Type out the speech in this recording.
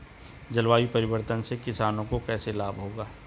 जलवायु परिवर्तन से किसानों को कैसे लाभ होगा?